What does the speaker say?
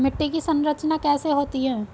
मिट्टी की संरचना कैसे होती है?